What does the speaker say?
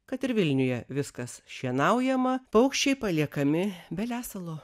kad ir vilniuje viskas šienaujama paukščiai paliekami be lesalo